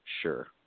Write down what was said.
sure